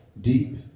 deep